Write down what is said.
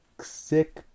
sick